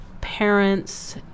parents